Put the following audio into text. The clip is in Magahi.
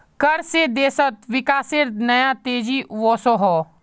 कर से देशोत विकासेर नया तेज़ी वोसोहो